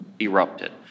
erupted